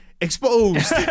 exposed